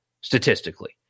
statistically